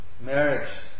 Marriage